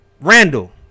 Randall